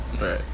Right